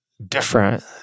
different